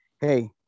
Hey